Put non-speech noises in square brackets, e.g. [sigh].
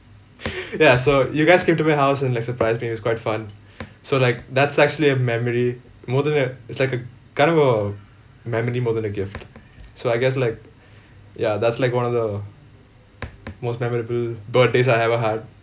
[laughs] ya so you guys came to my house and like surprised me it was quite fun so like that's actually a memory more than a it's like a kind of a memory more than a gift so I guess like ya that's like one of the most memorable birthdays I ever had